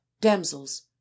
damsels